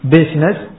Business